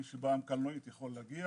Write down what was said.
מי שבא עם קלנועית יכול להגיע,